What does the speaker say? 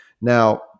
Now